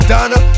Donna